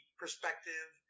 perspective